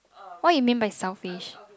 what you mean by selfish